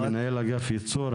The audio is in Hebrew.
מנהל אגף ייצור,